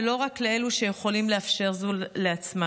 ולא רק לאלה שיכולים לאפשר זאת לעצמם.